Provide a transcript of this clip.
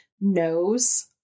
knows